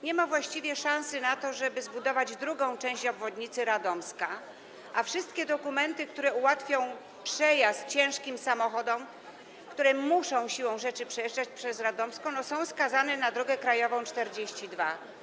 Nie ma właściwie szansy na to, żeby zbudować drugą część obwodnicy Radomska, a wszystkie dokumenty, które ułatwią przejazd ciężkim samochodom, które muszą siłą rzeczy przejeżdżać przez Radomsko, są skazane na drogę krajową nr 42.